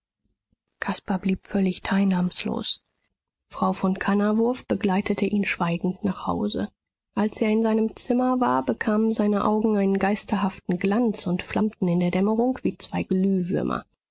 caspar blieb völlig teilnahmlos frau von kannawurf begleitete ihn schweigend nach hause als er in seinem zimmer war bekamen seine augen einen geisterhaften glanz und flammten in der dämmerung wie zwei